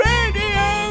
Radio